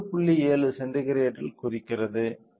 70 சென்டிகிரேடில் குறிக்கிறது